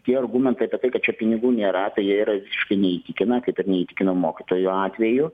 tie argumentai apie tai kad čia pinigų nėra tai jie yra visiškai neįtikina kaip ir neįtikino mokytojų atveju